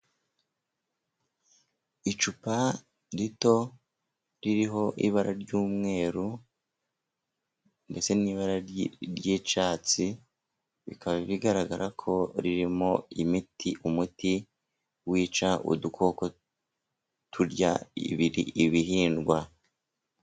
Icupa rito ririho ibara ry'umweru ndetse n'ibara ry'icyatsi bikaba bigaragara ko ririmo imiti umuti wica udukoko turya ibihingwa.